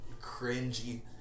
cringy